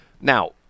now